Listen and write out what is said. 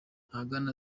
ahagana